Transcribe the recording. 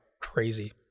crazy